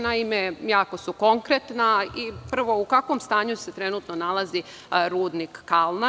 Naime, jako su konkretna iprvo – u kakvom stanju se trenutno nalazi Rudnik Kalma?